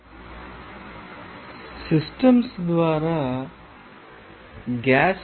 module 4 వరకు అనేక example ద్వారా చర్చించాము